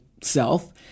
self